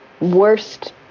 worst